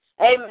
Amen